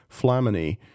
Flamini